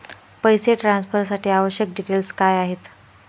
पैसे ट्रान्सफरसाठी आवश्यक डिटेल्स काय आहेत?